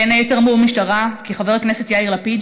בין היתר אמרו במשטרה כי חבר הכנסת יאיר לפיד